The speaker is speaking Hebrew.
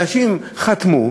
אנשים חתמו.